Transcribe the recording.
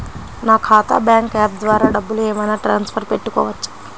నా ఖాతా bank app ద్వారా డబ్బులు ఏమైనా ట్రాన్స్ఫర్ పెట్టుకోవచ్చా?